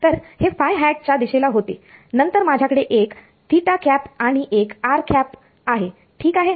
तर हे फाय हॅट च्या दिशेला होते नंतर माझ्याकडे एक आहे आणि एक ठीक आहे